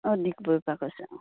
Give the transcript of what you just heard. অঁ ডিগবৈৰপৰা কৈছে